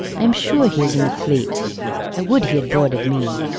i am sure he is in the fleet i would he had boarded me!